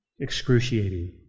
Excruciating